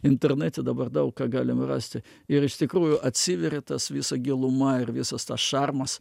internete dabar daug ką galim rasti ir iš tikrųjų atsiveria tas visa giluma ir visas tas šarmas